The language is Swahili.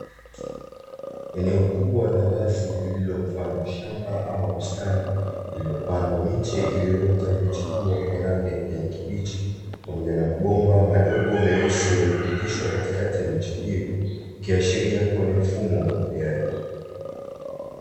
Eneo kubwa la wazi lililomfano wa shamba ama bustani, iliyopandwa miche iliyoota na kuchepua kwa rangi ya kijani kibichi pamoja na mabomba madogo meusi yaliyopitishwa katikati ya miche hiyo kiashiria kuwa ni mfumo wa umwagiliaji.